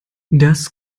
das